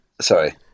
Sorry